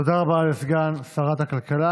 תודה רבה לסגן שרת הכלכלה.